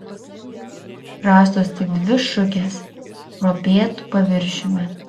rastos tik dvi šukės kruopėtu paviršiumi